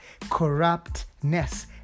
corruptness